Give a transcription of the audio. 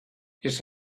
his